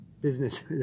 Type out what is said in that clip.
business